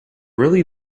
really